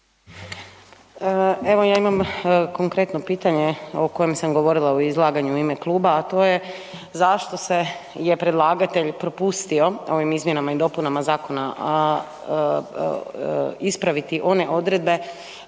Evo ja imam konkretno pitanje o kojem sam govorila u izlaganju u ime kluba, a to je zašto se, je predlagatelj propustio, ovim izmjenama i dopunama zakona, ispraviti one odredbe